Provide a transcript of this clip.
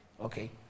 Okay